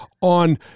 on